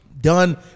done